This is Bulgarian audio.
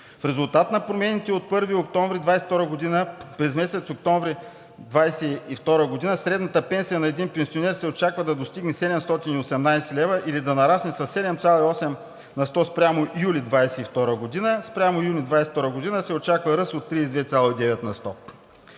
В резултат на промените от 1 октомври 2022 г. през месец октомври 2022 г. средната пенсия на един пенсионер се очаква да достигне 718 лв., или да нарасне със 7,8 на сто спрямо юли 2022 г. Спрямо юли 2022 г. се очаква ръст от 32,9 на сто.